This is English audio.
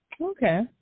okay